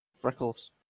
freckles